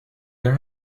your